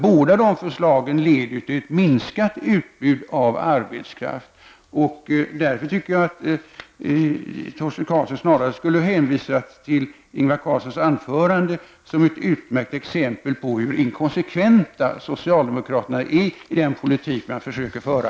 Båda de förslagen leder till ett minskat utbud av arbetskraft, och därför borde Torsten Karlsson snarare ha hänvisat till Ingvar Carlssons an förande som ett utmärkt exempel på hur inkonsekventa socialdemokraterna är i den politik de försöker föra.